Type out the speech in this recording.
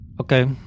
Okay